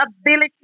ability